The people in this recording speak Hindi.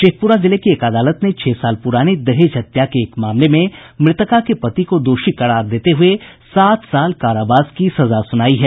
शेखपुरा जिले की एक अदालत ने छह साल पुराने दहेज हत्या के एक मामले में मृतका के पति को दोषी करार देते हुये सात साल कारावास की सजा सुनाई है